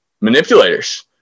manipulators